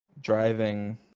Driving